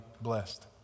blessed